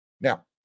Now